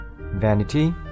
Vanity